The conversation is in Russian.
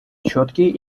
четкие